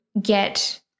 get